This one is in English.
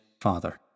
Father